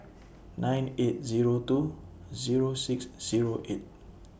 nine eight Zero two Zero six Zero eight